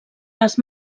les